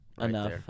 enough